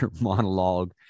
monologue